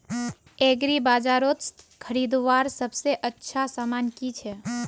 एग्रीबाजारोत खरीदवार सबसे अच्छा सामान की छे?